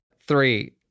Three